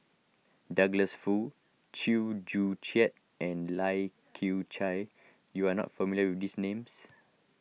Douglas Foo Chew Joo Chiat and Lai Kew Chai you are not familiar with these names